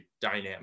dynamic